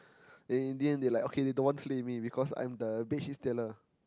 then in the end they like okay they don't want to sleep with me because I'm the bedsheet stealer